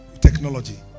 technology